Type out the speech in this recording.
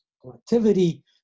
collectivity